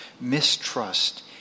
mistrust